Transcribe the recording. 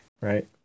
right